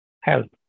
help